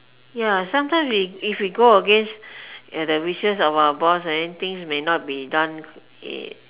ya sometimes we if we go against the wishes of our boss and then things may not be done eh